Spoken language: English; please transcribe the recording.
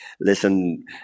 listen